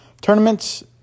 tournaments